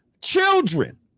children